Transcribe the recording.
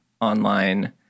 online